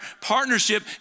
partnership